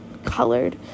colored